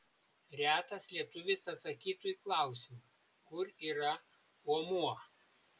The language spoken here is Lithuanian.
retas lietuvis atsakytų į klausimą kur yra omuo